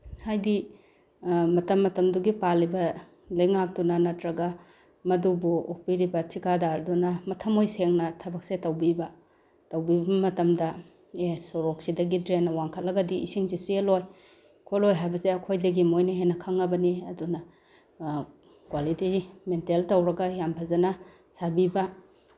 ꯍꯥꯏꯗꯤ ꯃꯇꯝ ꯃꯇꯝꯗꯨꯒꯤ ꯄꯥꯜꯂꯤꯕ ꯂꯩꯉꯥꯛꯇꯨꯅ ꯅꯠꯇ꯭ꯔꯒ ꯃꯗꯨꯕꯨ ꯑꯣꯛꯄꯤꯔꯤꯕ ꯊꯤꯀꯗꯥꯔ ꯑꯗꯨꯅ ꯃꯊꯝꯃꯣꯏ ꯁꯦꯡꯅ ꯊꯕꯛꯁꯦ ꯇꯧꯕꯤꯕ ꯇꯧꯕꯤꯕ ꯃꯇꯝꯗ ꯑꯦ ꯁꯣꯔꯣꯛꯁꯤꯗꯒꯤ ꯗ꯭ꯔꯦꯟꯅ ꯋꯥꯡꯈꯠꯂꯒꯗꯤ ꯏꯁꯤꯡꯁꯤ ꯆꯦꯜꯂꯣꯏ ꯈꯣꯠꯂꯣꯏ ꯍꯥꯏꯕꯁꯦ ꯑꯩꯈꯣꯏꯗꯒꯤ ꯃꯣꯏꯅ ꯍꯦꯟꯅ ꯈꯪꯉꯕꯅꯤ ꯑꯗꯨꯅ ꯀ꯭ꯋꯥꯂꯤꯇꯤ ꯃꯦꯟꯇꯦꯟ ꯇꯧꯔꯒ ꯌꯥꯝ ꯐꯖꯅ ꯁꯥꯕꯤꯕ